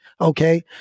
Okay